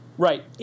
Right